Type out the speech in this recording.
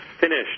finished